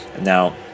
Now